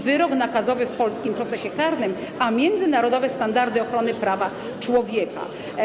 Wyrok nakazowy w polskim procesie karnym a międzynarodowe standardy ochrony prawa człowieka.